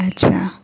अच्छा